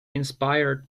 inspired